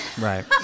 right